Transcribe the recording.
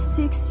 six